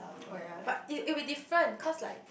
oh ya but it it'll be different cause like